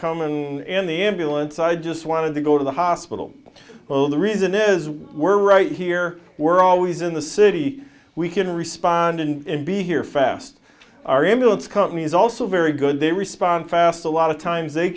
in and the ambulance i just wanted to go to the hospital well the reason is we're right here we're always in the city we can respond and be here fast our ambulance company is also very good they respond fast a lot of times they